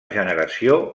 generació